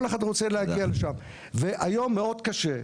כל אחד רוצה להגיע לשם והיום מאוד קשה.